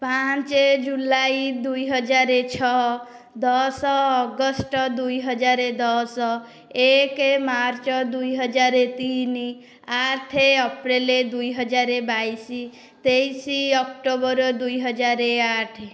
ପାଞ୍ଚ ଜୁଲାଇ ଦୁଇହଜାର ଛଅ ଦଶ ଅଗଷ୍ଟ ଦୁଇହଜାର ଦଶ ଏକ ମାର୍ଚ୍ଚ ଦୁଇହଜାର ତିନି ଆଠ ଅପ୍ରିଲ ଦୁଇହଜାର ବାଇଶ ତେଇଶ ଅକ୍ଟୋବର ଦୁଇହଜାର ଆଠ